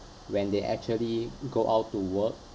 when they actually go out to work